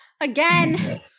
Again